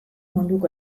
munduko